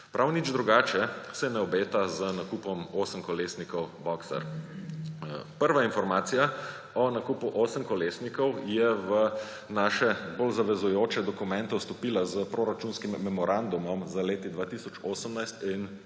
Prav nič drugače se ne obeta z nakupom osemkolesnikov Boxer. Prva informacija o nakupu osemkolesnikov je v naše bolj zavezujoče dokumente vstopila s proračunskim memorandumom za leti 2018 in 2019,